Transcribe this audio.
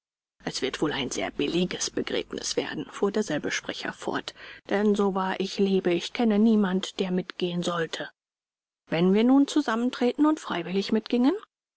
es wird wohl ein sehr billiges begräbnis werden fuhr derselbe sprecher fort denn so wahr ich lebe ich kenne niemand der mitgehen sollte wenn wir nun zusammenträten und freiwillig mitgingen